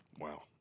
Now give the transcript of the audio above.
Wow